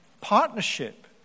Partnership